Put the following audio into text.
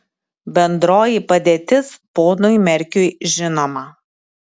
bendroji padėtis ponui merkiui žinoma